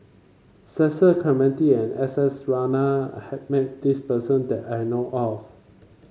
Cecil Clementi and S S Ratnam had met this person that I know of